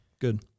good